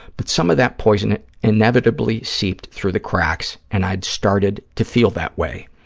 but some of that poison inevitably seeped through the cracks and i'd started to feel that way.